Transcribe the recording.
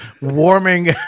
warming